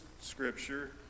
scripture